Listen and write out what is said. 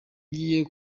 ngiye